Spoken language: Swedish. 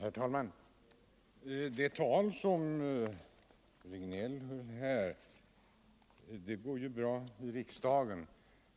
Herr talman! Det tal som herr Regnéll höll går bra att framföra i riksdagen,